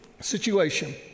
situation